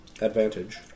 advantage